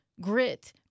grit